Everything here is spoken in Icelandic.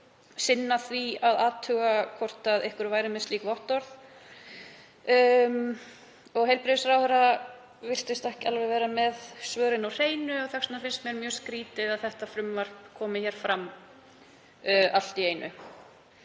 sinna því að athuga hvort einhverjir væru með slík vottorð. Heilbrigðisráðherra virtist ekki alveg vera með svörin á hreinu. Þess vegna finnst mér mjög skrýtið að þetta frumvarp komi hér fram allt í einu.